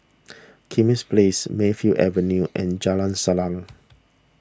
Kismis Place Mayfield Avenue and Jalan Salang